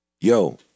yo